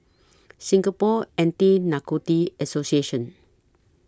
Singapore Anti Narcotics Association